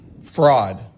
Fraud